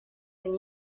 and